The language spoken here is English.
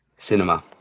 Cinema